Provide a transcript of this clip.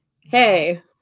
hey